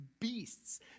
beasts